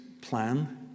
plan